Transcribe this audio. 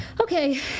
Okay